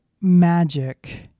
magic